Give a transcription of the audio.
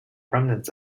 remnants